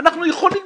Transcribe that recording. אנחנו יכולים.